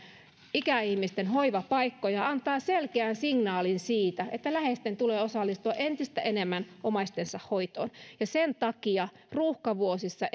ikäihmisten hoivapaikkoja antaa selkeän signaalin siitä että läheisten tulee osallistua entistä enemmän omaistensa hoitoon sen takia ruuhkavuosissa